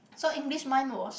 so English mine was